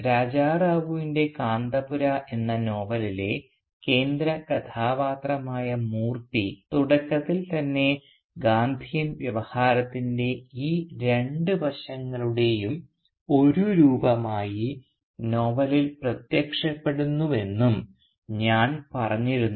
രാജാ റാവുവിൻറെ കാന്തപുര എന്ന നോവലിലെ കേന്ദ്ര കഥാപാത്രമായ മൂർത്തി തുടക്കത്തിൽ തന്നെ ഗാന്ധിയൻ വ്യവഹാരത്തിൻറെ ഈ രണ്ട് വശങ്ങളുടെയും ഒരു രൂപമായി നോവലിൽ പ്രത്യക്ഷപ്പെടുന്നുവെന്നും ഞാൻ പറഞ്ഞിരുന്നു